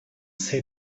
say